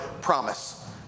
promise